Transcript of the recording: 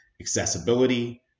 accessibility